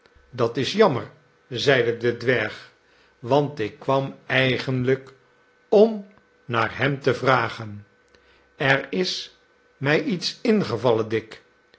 dat is jammer zeide de dwerg want ik kwam eigenlijk om naar hem te vragen er is mij iets ingevallen dick